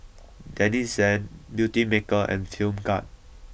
Denizen Beautymaker and Film Grade